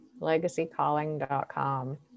Legacycalling.com